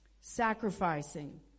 Sacrificing